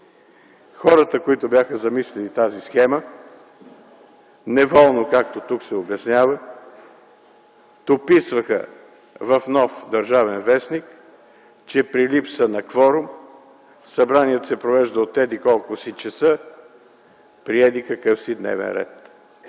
Хората, които бяха замислили тази схема, неволно, както тук се обяснява, дописваха в нов „Държавен вестник”, че при липса на кворум събранието се провежда от еди-колко си часа при еди-какъв си дневен ред.